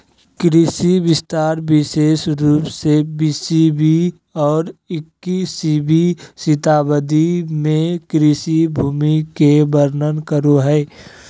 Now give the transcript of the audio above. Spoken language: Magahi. कृषि विस्तार विशेष रूप से बीसवीं और इक्कीसवीं शताब्दी में कृषि भूमि के वर्णन करो हइ